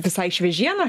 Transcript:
visai šviežiena